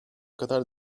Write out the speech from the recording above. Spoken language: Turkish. kadar